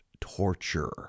torture